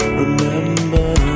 remember